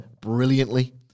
brilliantly